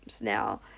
Now